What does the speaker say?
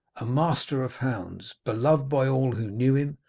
a master of hounds, beloved by all who knew him,